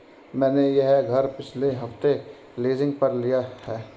मैंने यह घर पिछले हफ्ते लीजिंग पर लिया है